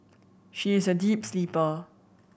she is a deep sleeper